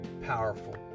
powerful